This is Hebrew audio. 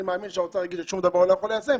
אני מאמין שהאוצר יגיד ששום דבר הוא לא יכול ליישם,